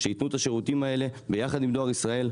כדי שייתנו את השירותים האלה ביחד עם דואר ישראל.